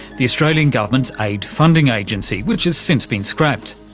the australian government's aid funding agency, which has since been scrapped.